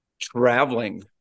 traveling